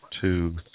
two